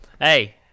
Hey